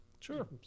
Sure